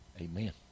Amen